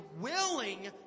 willing